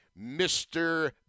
Mr